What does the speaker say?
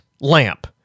Lamp